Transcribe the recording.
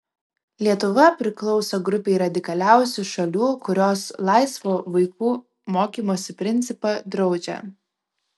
lietuva priklauso grupei radikaliausių šalių kurios laisvo vaikų mokymosi principą draudžia